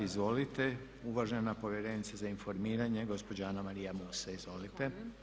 Izvolite, uvažena Povjerenica za informiranje, gospođa Anamarija Musa, izvolite.